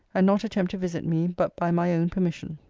and not attempt to visit me but by my own permission.